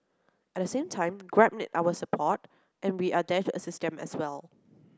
at the same time grab need our support and we are there assist them as well